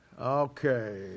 Okay